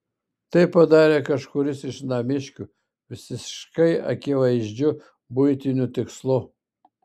tai padarė kažkuris iš namiškių visiškai akivaizdžiu buitiniu tikslu